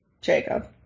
Jacob